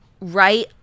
right